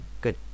good